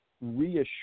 reassure